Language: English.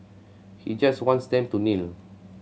he just wants them to kneel